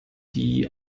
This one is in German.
die